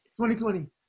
2020